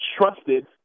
trusted